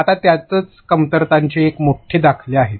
आता त्यातच कमतरतांचे एक मोठे दाखले आहेत